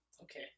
Okay